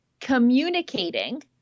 communicating